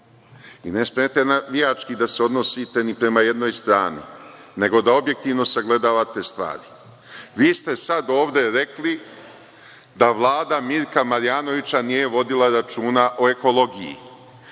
Ne smete navijački da se odnosite ni prema jednoj strani, nego da objektivno sagledavate stvari. Vi ste sada ovde rekli da Vlada Mirka Marjanovića nije vodila računa o ekologiji,